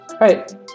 right